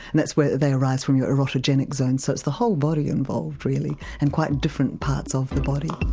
and that's where they arise from your erotic-genic zone so it's the whole body involved really and quite different parts of the body.